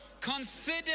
consider